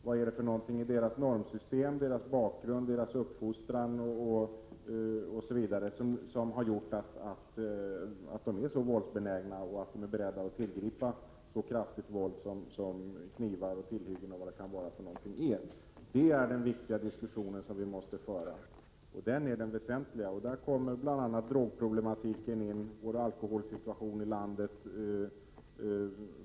Vad är det för någonting i deras normsystem, deras bakgrund, deras uppfostran osv. som har gjort att de är så benägna att tillgripa så kraftigt våld som brott med användande av knivar och sådana tillhyggen innebär? Detta är den viktiga diskussion som vi måste föra. Här kommer drogproblematiken och alkoholsituationen i landet in.